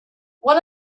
one